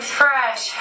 fresh